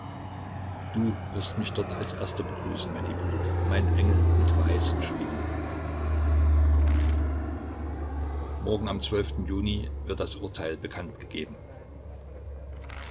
du wirst mich dort als erster begrüßen mein ippolit mein engel mit weißen schwingen morgen am juni wird das urteil bekanntgegeben